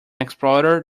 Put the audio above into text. explorer